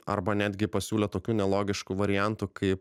arba netgi pasiūlė tokių nelogiškų variantų kai